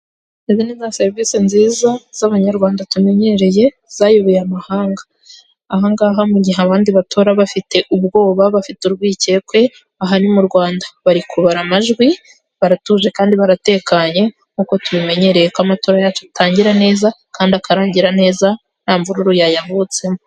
Izi niza serivisi nziza z'abanyarwanda tumenyereye zayoboye amahanga, ahangaha mu gihe abandi batora bafite ubwoba bafite urwikekwe aha ni mu Rwanda, bari kubara amajwi baratuje kandi baratekanye nkuko tubimenyereye ko amatora yacu atangira neza kandi akarangira neza nta mvururu yayavutsemo.